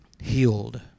healed